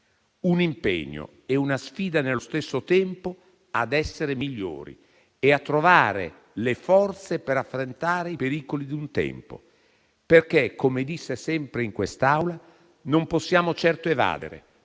l'impegno e la sfida nello stesso tempo ad essere migliori e a trovare le forze per affrontare i pericoli di un tempo perché - come disse sempre in quest'Aula - non possiamo certo evadere,